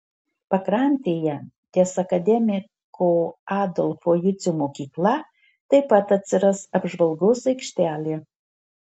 pakrantėje ties akademiko adolfo jucio mokykla taip pat atsiras apžvalgos aikštelė